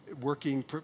working